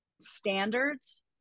standards